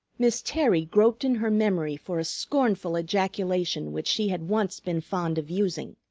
miss terry groped in her memory for a scornful ejaculation which she had once been fond of using,